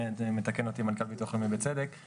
מתקן אותי מנכ"ל ביטוח לאומי בצדק.